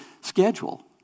schedule